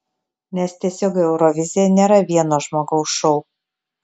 nes tiesiog eurovizija nėra vieno žmogaus šou